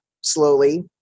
slowly